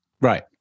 Right